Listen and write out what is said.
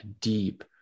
deep